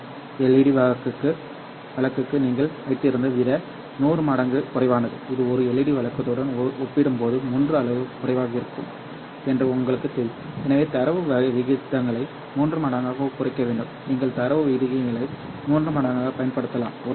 LED வழக்குக்கு நீங்கள் வைத்திருந்ததை விட 1000 மடங்கு குறைவானது இது ஒரு LED வழக்குடன் ஒப்பிடும்போது மூன்று அளவு குறைவாக இருக்கும் என்று உங்களுக்குத் தெரியும் எனவே தரவு விகிதங்களை மூன்று மடங்காக குறைக்க முடியும் நீங்கள் தரவு விகிதங்களை மூன்று மடங்காகப் பயன்படுத்தலாம் ஒரு லேசர்